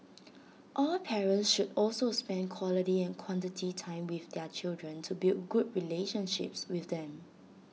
all parents should also spend quality and quantity time with their children to build good relationships with them